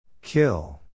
Kill